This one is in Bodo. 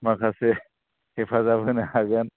माखासे हेफाजाब होनो हागोन